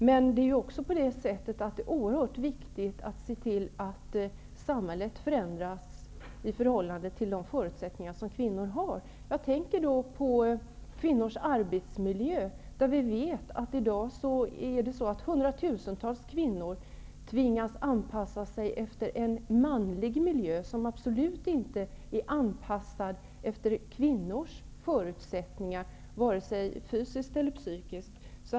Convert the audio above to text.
Men det är också oerhört viktigt att se till att samhället förändras i förhållande till de förutsättningar som gäller för kvinnor. Jag tänker på kvinnors arbetsmiljö. I dag tvingas ju hundratusentals kvinnor att anpassa sig efter en manlig miljö, som absolut inte är anpassad efter kvinnors förutsättningar vare sig fysiskt eller psykiskt.